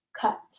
cut